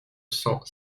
cents